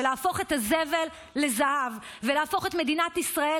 של להפוך את הזבל לזהב ולהפוך את מדינת ישראל